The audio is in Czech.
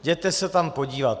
Jděte se tam podívat!